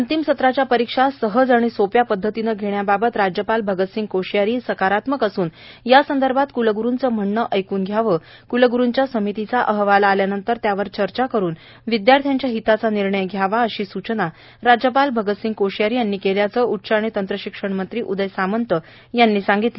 अंतिम सत्राच्या परीक्षा सहज सोप्या पद्धतीनं घेण्याबाबत राज्यपाल भगतसिंग कोश्यारी सकारात्मक असून या संदर्भात क्लग्रूंचं म्हणणं जाणून घ्यावं क्लग्रूंच्या समितीचा अहवाल आल्यानंतर त्यावर चर्चा करून विद्यार्थ्यांच्या हिताचा निर्णय घ्यावा अशी सूचना राज्यपाल भगतसिंग कोश्यारी यांनी केल्याचं उच्च आणि तंत्रशिक्षण मंत्री उदय सामंत यांनी सांगितलं